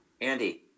Andy